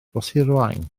rhoshirwaun